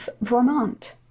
Vermont